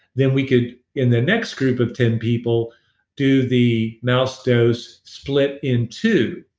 then we could in the next group of ten people do the mouse dose split in two.